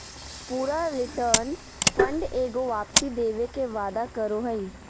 पूरा return fund एगो वापसी देवे के वादा करो हइ